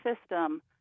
system